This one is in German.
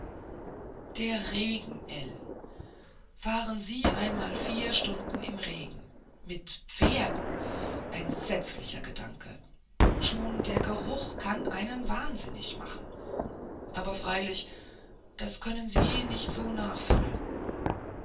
der regen ell fahren sie einmal vier stunden im regen mit pferden entsetzlicher gedanke schon der geruch kann einen wahnsinnig machen aber freilich das können sie nicht so nachfühlen